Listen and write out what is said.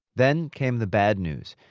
then came the bad news.